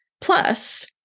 Plus